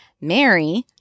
Mary